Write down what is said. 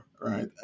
right